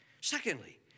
Secondly